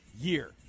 year